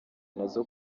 nazo